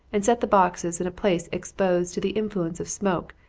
and set the boxes in a place exposed to the influence of smoke,